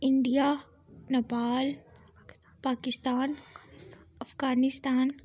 India Nepal Pakistan Afghanistan